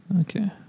okay